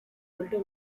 filter